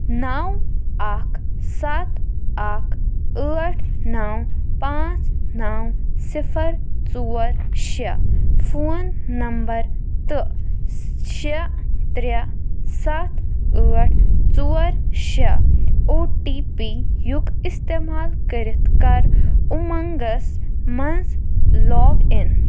نو اکھ سَتھ اکھ ٲٹھ نو پانٛژھ نو صِفر ژور شےٚ فون نمبر تہٕ شےٚ ترٛےٚ سَتھ ٲٹھ ژور شےٚ او ٹی پی یُک استعمال کٔرِتھ کر اُمنٛگس مَنٛز لاگ اِن